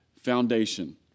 foundation